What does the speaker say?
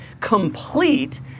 complete